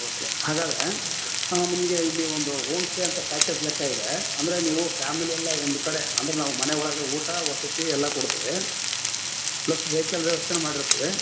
okay ಹಾಗಾದರೆ ನಿಮಗೆ ಇಲ್ಲಿ ಒಂದು ಹೋಮ್ಸ್ಟೇ ಅಂತ ಪ್ಯಾಕೇಜ್ ಲೆಕ್ಕ ಇದೆ ಅಂದರೆ ನೀವು ಫ್ಯಾಮಿಲಿಯೆಲ್ಲ ಒಂದು ಕಡೆ ಅಂದರೆ ನಾವು ಮನೆ ಒಳಗೆ ಊಟ ವಸತಿ ಎಲ್ಲ ಕೊಡ್ತೀವಿ ಪ್ಲಸ್ ವೆಹಿಕಲ್ ವ್ಯವಸ್ತೆನೂ ಮಾಡಿರ್ತೀವಿ